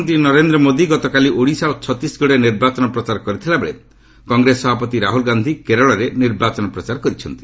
ପ୍ରଧାନମନ୍ତ୍ରୀ ନରେନ୍ଦ୍ର ମୋଦି ଗତକାଲି ଓଡ଼ିଶା ଓ ଛତିଶଗଡ଼ରେ ନିର୍ବାଚନ ପ୍ରଚାର କରିଥିଲାବେଳେ କଂଗ୍ରେସ ସଭାପତି ରାହୁଲ୍ ଗାନ୍ଧି କେରଳରେ ନିର୍ବାଚନ ପ୍ରଚାର କରିଛନ୍ତି